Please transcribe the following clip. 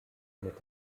mit